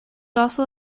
also